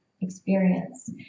experience